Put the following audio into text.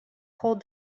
hold